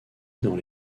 dans